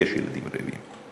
יש ילדים רעבים.